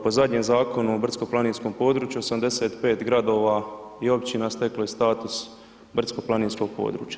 Po zadnjem Zakonu o brdsko planinskom području 85 gradova i općina steklo je status brdsko planinskog područja.